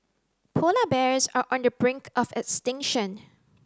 polar bears are on the brink of extinction